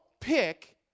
pick